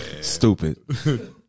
Stupid